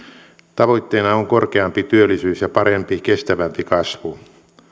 tavoitteena on korkeampi työllisyys ja parempi kestävämpi kasvu